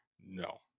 No